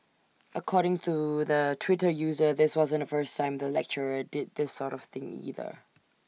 according to the Twitter user this wasn't the first time the lecturer did this sort of thing either